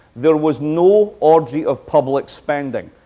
there was no orgy of public spending.